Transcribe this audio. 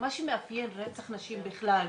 ומה שמאפיין רצח נשים בכלל,